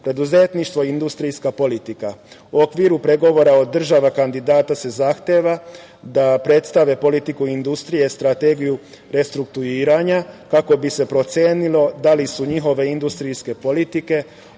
preduzetništvo i industrijska politika. U okviru pregovora od država kandidata se zahteva da predstave politiku industrije, strategiju restrukturiranja, kako bi se procenilo da li su njihove industrijske politike